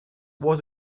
was